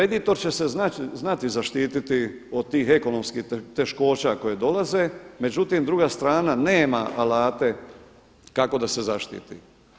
Kreditor će se znati zaštititi od tih ekonomskih teškoća koje dolaze, međutim druga strana nema alate kako da se zaštititi.